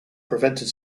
prevented